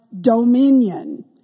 dominion